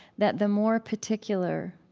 that the more particular